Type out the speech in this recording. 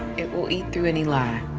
it will eat through any lie.